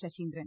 Saseendran